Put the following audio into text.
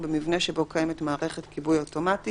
ובמבנה שבו קיימת מערכת כיבוי אוטומטי